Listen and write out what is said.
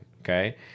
okay